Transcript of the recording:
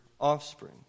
offspring